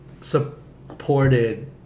supported